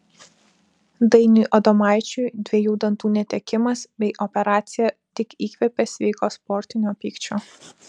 dainiui adomaičiui dviejų dantų netekimas bei operacija tik įkvėpė sveiko sportinio pykčio